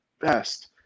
best